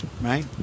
right